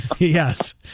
Yes